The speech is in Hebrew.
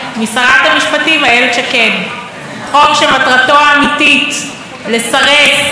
חוק שמטרתו האמיתית לסרס את מעמדם של היועצים המשפטיים במשרדי הממשלה,